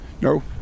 No